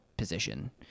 Position